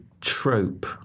trope